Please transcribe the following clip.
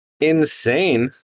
insane